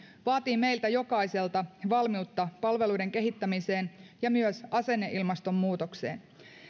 vaatii meiltä jokaiselta valmiutta palveluiden kehittämiseen ja myös asenneilmaston muutokseen